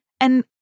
And-